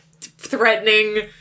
threatening